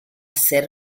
ser